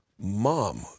mom